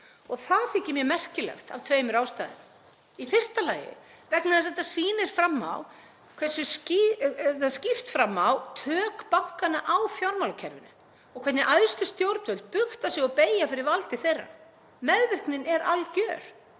Það þykir mér merkilegt af tveimur ástæðum: Í fyrsta lagi vegna þess að þetta sýnir skýrt fram á tök bankanna á fjármálakerfinu og hvernig æðstu stjórnvöld bugta sig og beygja fyrir valdi þeirra. Meðvirknin er algjör.